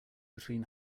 between